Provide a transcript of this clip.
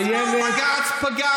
איילת, איילת, אני מבקש.